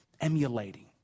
emulating